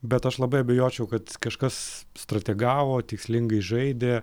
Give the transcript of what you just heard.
bet aš labai abejočiau kad kažkas strategavo tikslingai žaidė